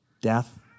Death